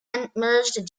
emerged